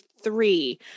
three